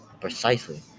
Precisely